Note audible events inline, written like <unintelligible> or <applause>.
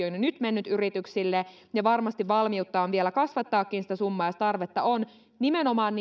<unintelligible> on jo nyt mennyt yrityksille ja varmasti valmiutta on vielä kasvattaakin sitä summaa jos tarvetta on nimenomaan <unintelligible>